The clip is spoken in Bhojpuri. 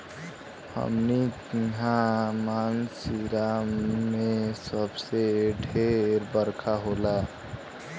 हमनी किहा मानसींराम मे सबसे ढेर बरखा होला